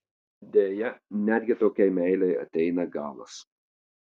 deja netgi tokiai meilei ateina galas